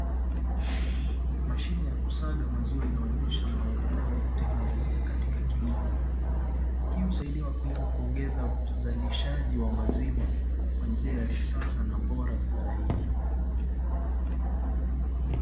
Mashine ya kusaga maziwa inaonyesha maendeleo ya teknolojia katika kilimo hii husaidia wakulima kuongeza uzalishaji wa maziwa kwa njia ya kisasa na bora tu zaidi.